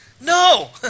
No